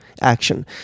action